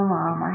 Mom